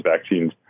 vaccines